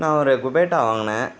நான் ஒரு குபேட்டா வாங்கினேன்